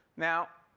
now,